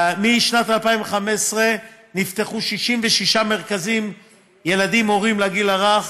משנת 2015 נפתחו 66 מרכזים לילדים-הורים לגיל הרך,